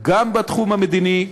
גם בתחום המדיני,